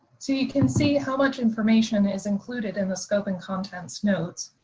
so you can see how much information is included in the scope and contents notes,